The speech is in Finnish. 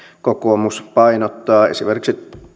kokoomus painottaa esimerkiksi